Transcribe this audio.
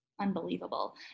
unbelievable